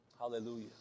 Hallelujah